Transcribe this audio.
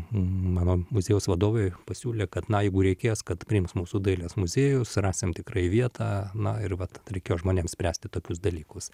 mano muziejaus vadovai pasiūlė kad na jeigu reikės kad priims mūsų dailės muziejus rasim tikrai vietą na ir vat reikėjo žmonėms spręsti tokius dalykus